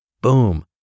Boom